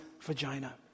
vagina